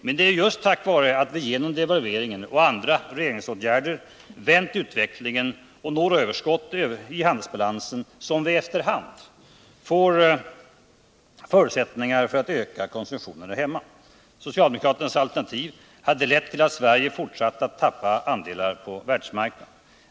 Men det är just tack vare att vi genom devalveringen och andra regeringsåtgärder vänt utvecklingen och når överskott i handelsbalansen som vi efter hand får förutsättningar för att öka konsumtionen här hemma. Socialdemokraternas alternativ hade lett till att Sverige hade fortsatt att tappa andelar på världsmarknaden.